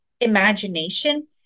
imagination